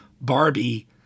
barbie